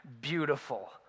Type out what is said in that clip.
beautiful